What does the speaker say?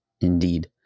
indeed